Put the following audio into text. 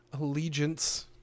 allegiance